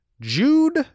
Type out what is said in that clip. Jude